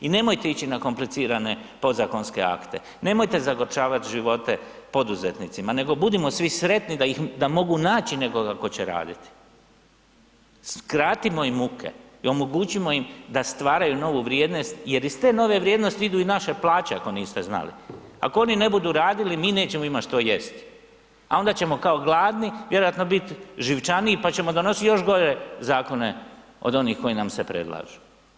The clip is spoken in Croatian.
I nemojte ići na komplicirane podzakonske akte, nemojte zagorčavat živote poduzetnicima nego budimo svi sretni da mogu naći nekoga tko će raditi. skratimo im muke i omogućimo im da stvaraju novu vrijednost jer iz te nove vrijednosti idu i naše plaće, ako niste znali, ako oni ne budu radili mi nećemo imat što jest, a onda ćemo kao gladni vjerojatno biti živčaniji pa ćemo donositi još gore zakone od onih koji nam se predlažu.